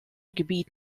gebiet